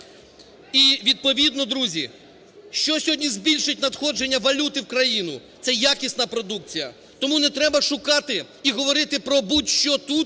І відповідно, друзі, що сьогодні збільшить надходження валюти в країну? Це якісна продукції. Тому не треба шукати і говорити про будь-що тут,